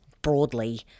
broadly